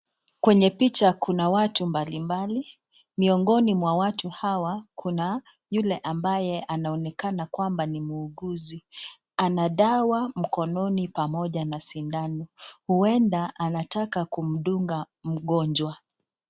Kwenye picha kuna watu mbali mbali, miongoni mwa watu hawa kuna yule ambaye anaonekana kwamba ni muuguzi. Ana dawa mkononi pamoja na sindano, hupenda anataka kumdunga mgonjwa.